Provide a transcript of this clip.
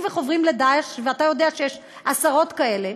וחוברים ל"דאעש" ואתה יודע שיש עשרות כאלה,